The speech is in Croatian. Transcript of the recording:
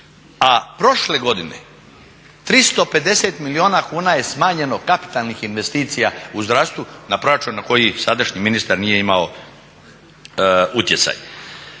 A prošle godine 350 milijuna kuna je smanjeno kapitalnih investicija u zdravstvu na proračun na koji sadašnji ministar nije imao utjecaj.